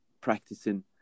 practicing